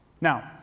Now